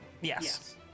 Yes